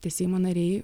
tie seimo nariai